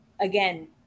again